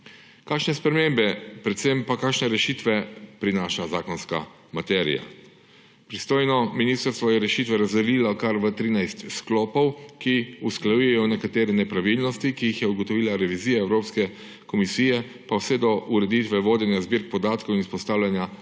Kakšne spremembe, predvsem pa kakšne rešitve prinaša zakonska materija? Pristojno ministrstvo je rešitve razdelilo kar v 13 sklopov, ki usklajujejo nekatere nepravilnosti, ki jih je ugotovila revizija Evropske komisije, pa vse do ureditve vodenja zbirk podatkov in vzpostavljanja novih